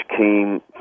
came